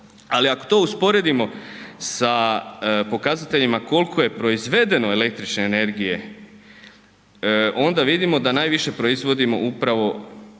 Ali ako to usporedimo sa pokazateljima koliko je proizvedeno električne energije onda vidimo da najviše proizvodimo